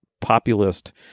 populist